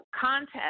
contest